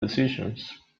decisions